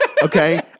Okay